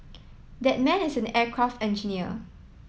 that man is an aircraft engineer